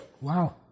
wow